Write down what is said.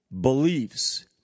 beliefs